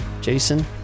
Jason